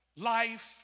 Life